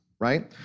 right